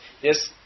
Yes